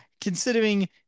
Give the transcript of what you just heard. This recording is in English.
considering